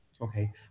Okay